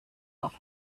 off